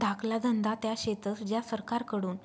धाकला धंदा त्या शेतस ज्या सरकारकडून